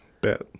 Bet